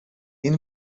این